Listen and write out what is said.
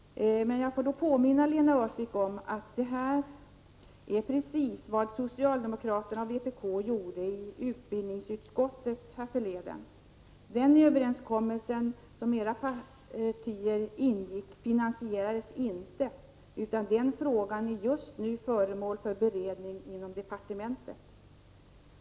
Jag får påminna Lena Öhrsvik om att det här är precis vad socialdemokraterna och vpk gjorde i utbildningsutskottet härförleden. Den överenskommelse som era partier ingick finansierades inte, utan den frågan är just nu föremål för beredning inom departementet.